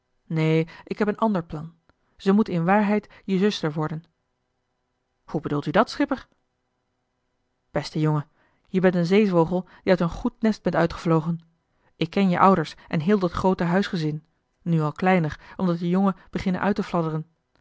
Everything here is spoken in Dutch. neen ik heb een ander plan zij moet in waarheid je zuster worden hoe bedoelt u dat schipper beste jongen jij bent een zeevogel die uit een goed nest bent uitgevlogen ik ken je ouders en heel dat groote huisgezin nu al kleiner omdat de jongen beginnen uit te